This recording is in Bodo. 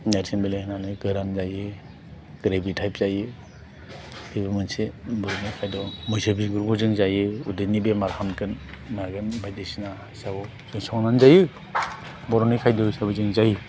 नोरसिं बिलाइ होनानै गोरान जायो ग्रेबि टाइप जायो बेबो मोनसे बर'नि खायद' मैसो बिगुरखौ जों जायो उदैनि बेमार हामथों मागोन बायदिसिना हिसाबाव जों संनानै जायो बर'नि खायद' हिसाबै जों जायो